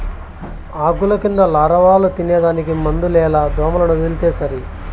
ఆకుల కింద లారవాలు తినేదానికి మందులేల దోమలనొదిలితే సరి